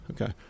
Okay